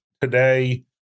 today